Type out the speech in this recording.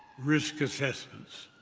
risk assessments.